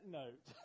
note